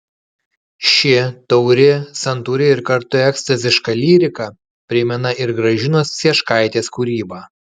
ši tauri santūri ir kartu ekstaziška lyrika primena ir gražinos cieškaitės kūrybą